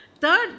Third